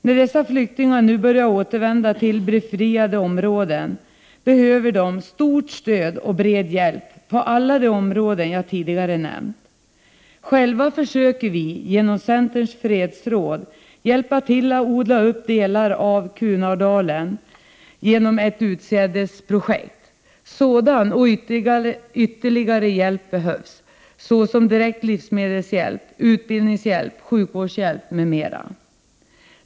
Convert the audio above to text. När dessa flyktingar nu börjar återvända till befriade områden behöver de stort stöd och bred hjälp på alla de områden jag tidigare nämnt. Själva försöker de genom Centerns fredsråd i ett utsädesprojekt hjälpa till att odla upp delar av Kunardalen.Sådan och ytterligare hjälp behövs, såsom direkt livsmedelshjälp, utbildningshjälp och sjukvårdshjälp.